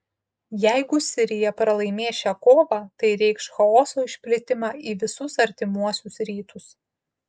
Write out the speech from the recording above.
jeigu sirija pralaimės šią kovą tai reikš chaoso išplitimą į visus artimuosius rytus